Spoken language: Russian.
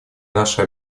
наше